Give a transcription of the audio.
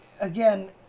again